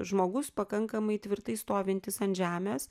žmogus pakankamai tvirtai stovintis ant žemės